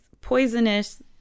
poisonous